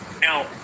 now